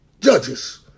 judges